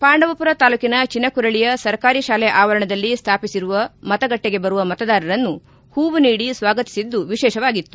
ಪಾಂಡವಪುರ ತಾಲೂಕಿನ ಚಿನಕುರಳಿಯ ಸರ್ಕಾರಿ ತಾಲೆ ಆವರಣದಲ್ಲಿ ಸ್ಥಾಪಿಸಿರುವ ಮತಗಟ್ಟಿಗೆ ಬರುವ ಮತದಾರರನ್ನು ಹೂವು ನೀಡಿ ಸ್ವಾಗತಿಸಿದ್ದು ವಿಶೇಷವಾಗಿತ್ತು